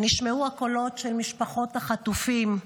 ונשמעו הקולות של משפחות החטופים.